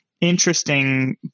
interesting